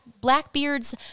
Blackbeard's